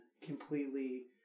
completely